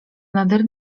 nader